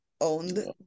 owned